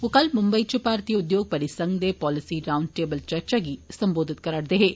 ओह् कल मुम्बई च भारतीय उद्योग परिसंघ दे पॉलिसी राउन्ड टेबल चर्चा गी संबोधित करै'रदे हे